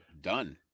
done